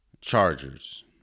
Chargers